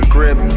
Grip